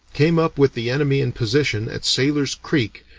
came up with the enemy in position at sailor's creek,